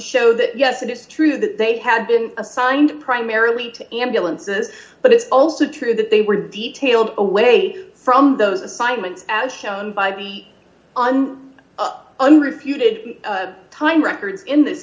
show that yes it is true that they had been assigned primarily to ambulances but it's also true that they were detailed away from those assignments as shown by the on unrefuted time records in this